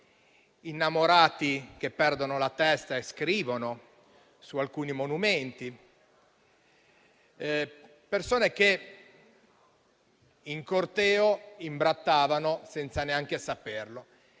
innamorati che perdono la testa e scrivono sui monumenti, persone che in corteo imbrattavano senza neanche saperlo.